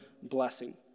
Blessing